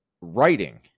writing